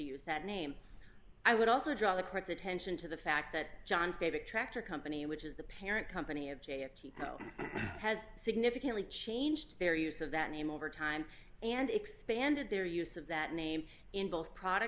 use that name i would also draw the court's attention to the fact that john favorite tractor company which is the parent company of j p now has significantly changed their use of that name over time and expanded their use of that name in both product